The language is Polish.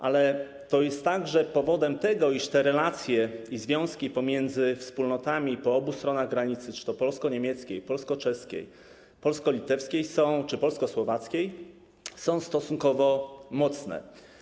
Ale to jest także powodem tego, iż te relacje i związki pomiędzy wspólnotami po obu stronach granicy: polsko-niemieckiej, polsko-czeskiej, polsko-litewskiej czy polsko-słowackiej są stosunkowo mocne.